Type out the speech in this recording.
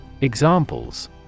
Examples